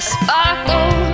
sparkle